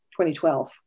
2012